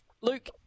Luke